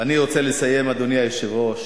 ואני רוצה לסיים, אדוני היושב-ראש,